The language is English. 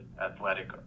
athletic